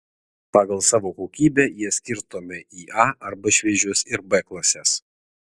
pagal savo kokybę jie skirstomi į a arba šviežius ir b klases